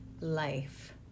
life